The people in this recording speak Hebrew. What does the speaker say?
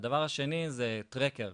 והדבר השני זה tracker,